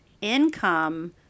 income